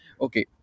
okay